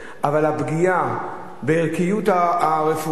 אבל הפגיעה בערכיות הרפואה,